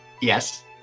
Yes